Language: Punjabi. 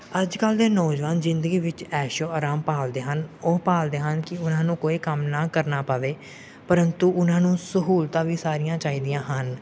ਅੱਜ ਕੱਲ੍ਹ ਦੇ ਨੌਜਵਾਨ ਜ਼ਿੰਦਗੀ ਵਿੱਚ ਐਸ਼ੋ ਆਰਾਮ ਭਾਲਦੇ ਹਨ ਉਹ ਭਾਲਦੇ ਹਨ ਕਿ ਉਹਨਾਂ ਨੂੰ ਕੋਈ ਕੰਮ ਨਾ ਕਰਨਾ ਪਵੇ ਪਰੰਤੂ ਉਹਨਾਂ ਨੂੰ ਸਹੂਲਤਾਂ ਵੀ ਸਾਰੀਆਂ ਚਾਹੀਦੀਆਂ ਹਨ